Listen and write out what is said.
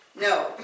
No